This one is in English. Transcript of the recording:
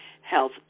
health